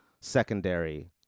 secondary